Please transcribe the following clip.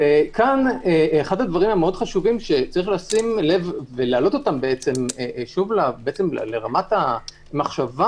אחד הדברים החשובים שיש לשים לב ולהעלות אותם לרמת המחשבה